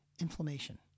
inflammation